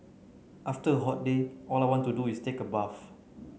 after a hot day all I want to do is take a bath